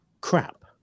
crap